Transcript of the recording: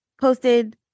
posted